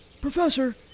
Professor